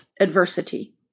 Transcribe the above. adversity